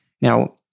Now